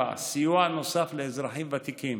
סיוע נוסף לאזרחים ותיקים: